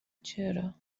چرا